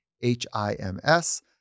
H-I-M-S